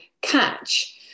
catch